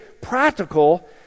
practical